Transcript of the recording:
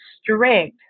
strict